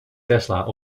tesla